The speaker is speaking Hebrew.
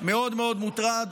מאוד מאוד מוטרד